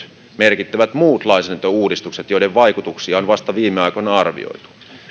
merkittävät muut lainsäädäntöuudistukset joiden vaikutuksia on vasta viime aikoina arvioitu